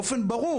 באופן ברור,